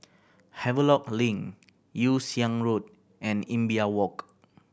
Havelock Link Yew Siang Road and Imbiah Walk